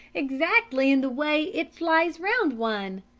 exactly in the way it flies round one.